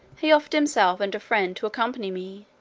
he offered himself and a friend to accompany me,